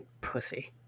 pussy